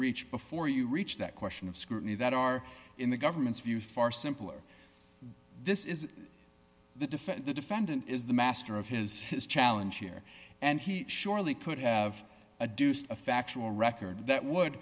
reach before you reach that question of scrutiny that are in the government's view far simpler this is the defense the defendant is the master of his challenge here and he surely could have a deuce a factual record that wo